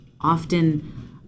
Often